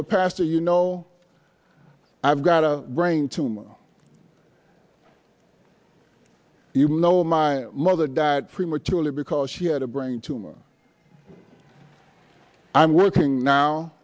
pastor you know i've got a brain tumor you know my mother died prematurely because she had a brain tumor i'm working now